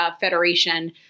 federation